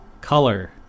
Color